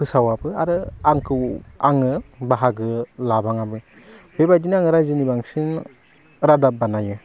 फोसावाबो आरो आंखौ आङो बाहागो लाबाङाबो बेबायदिनो आङो रायजोनि बांसिन रादाब बानायो